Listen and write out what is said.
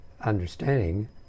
understanding